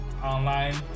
Online